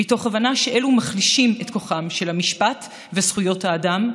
מתוך הבנה שאלו מחלישים את כוחם של המשפט וזכויות האדם,